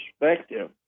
perspective